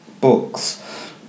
books